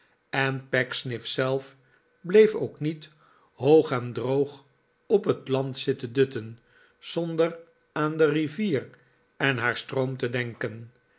en pecksniff zelf bleef ook niet hoog en droog op het land zitten dutten zonder aan de rivier en haar stroom te denken